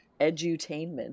Edutainment